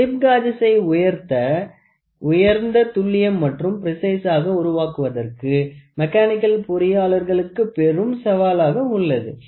slip காஜசை உயர்ந்த துல்லியம் மற்றும் ப்ரசைஸாக உருவாக்குவதற்கு மெக்கானிக்கல் பொறியாளர்களுக்கு பெரும் சவாலாக உள்ளது